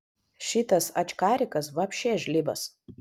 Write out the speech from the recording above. šitas ačkarikas vapše žlibas